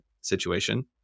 situation